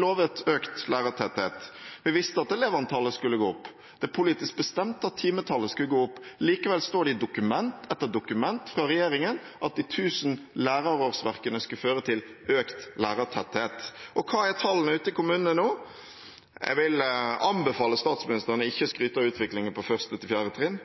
lovet økt lærertetthet. Vi visste at elevantallet skulle gå opp. Det er politisk bestemt at timetallet skulle gå opp. Likevel står det i dokument etter dokument fra regjeringen at de 1 000 lærerårsverkene skulle føre til økt lærertetthet. Hva er tallene ute i kommunene nå? Jeg vil anbefale statsministeren ikke å skryte av utviklingen på 1.–4. trinn. 147 av landets kommuner har redusert totalt antall lærerårsverk til undervisning på 1.–4. trinn.